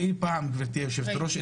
גברתי היושבת-ראש,